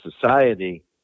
society